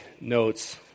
notes